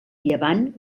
llevant